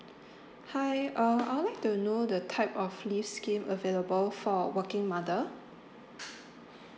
hi err I would like to know the type of leaves scheme available for working mother